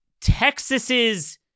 Texas's